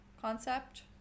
concept